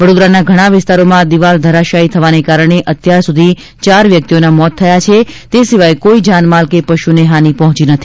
વડોદરાના ઘણા વિસ્તારમાં દિવાલ ધરાશાયી થવાના કારણે અત્યાર સુધી ચાર વ્યક્તિઓના મોત થયા છે તે સિવાય કોઈ જાનમાલ કે પશુને હાની પહોંચી નથી